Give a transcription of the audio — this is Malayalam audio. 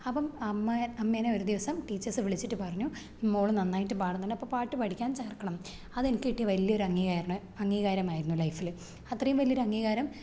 അപ്പം അമ്മയെ അമ്മേനെ ഒരു ദിവസം ടീച്ചേസ്സ് വിളിച്ചിട്ട് പറഞ്ഞു മോൾ നന്നായിട്ട് പാടുന്നുണ്ട് അപ്പോൾ പാട്ട് പഠിക്കാന് ചേര്ക്കണം അതെനിക്ക് കിട്ടിയ വലിയൊരു അംഗീകാരണം അംഗീകാരമായിരുന്നു ലൈഫിൽ അത്രേം വലിയൊരു അംഗീകാരം